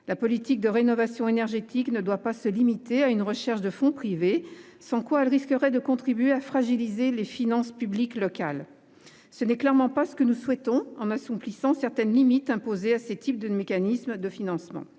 La politique de rénovation énergétique ne doit pas se limiter à une recherche de fonds privés, sans quoi elle risquerait de contribuer à fragiliser les finances publiques locales. Ce n'est clairement pas ce que nous souhaitons en assouplissant certaines limites imposées à ces mécanismes de financement.